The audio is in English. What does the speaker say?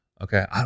Okay